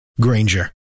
Granger